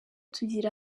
tugera